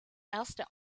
erste